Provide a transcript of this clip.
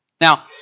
Now